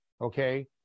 okay